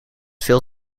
veel